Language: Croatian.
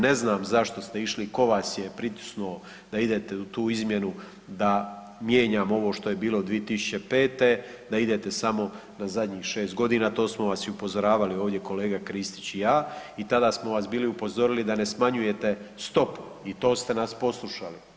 Ne znam zašto ste išli, tko vas je pritisnuo da idete u tu izmjenu da mijenjamo ovo što je bilo od 2005., da idete samo na zadnjih 6 godina, to smo vas i upozoravali ovdje kolega Kristić i ja tada smo vas bili upozorili da ne smanjujete stopu i to ste nas poslušali.